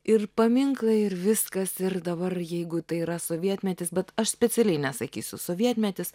ir paminklai ir viskas ir dabar jeigu tai yra sovietmetis bet aš specialiai nesakysiu sovietmetis